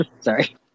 Sorry